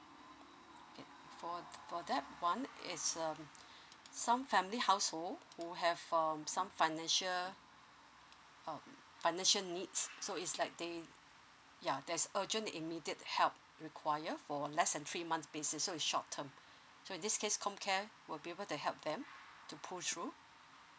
okay for for that one is um some family household who have um some financial uh financial needs so is like they ya there's urgent immediate help require for less than three months basis so is short term so in this case comcare will be able to help them to push through